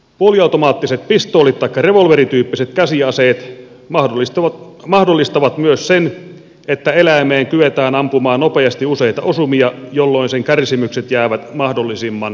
puoliautomaattiset pistoolit taikka revolverityyppiset käsiaseet mahdollistavat myös sen että eläimeen kyetään ampumaan nopeasti useita osumia jolloin sen kärsimykset jäävät mahdollisimman lyhyeksi